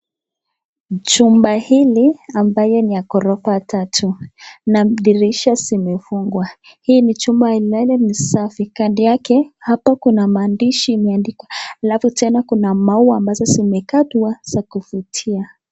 Jumba hili ambayo ni ya ghorofa tatu na dirisha zimefungwa. Hii ni jumba ambalo ni safi. Kando yake hapo kuna maandishi imeandikwa halafu tena kuna maua ambazo zimekatwa za kuvutia.